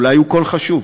אולי הוא קול חשוב.